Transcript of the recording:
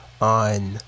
On